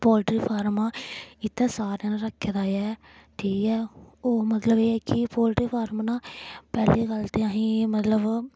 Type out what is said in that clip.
poultry farm इत्थै सारें रक्खे दा ऐ ठीक ऐ ओह् मतलब एह् ऐ कि पोल्ट्री फार्म ना पैह्ली गल्ल ते आहीं मतलब